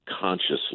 consciously